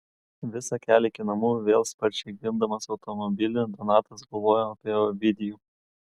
visą kelią iki namų vėl sparčiai gindamas automobilį donatas galvojo apie ovidijų